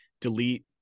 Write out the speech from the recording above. delete